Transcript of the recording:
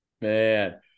Man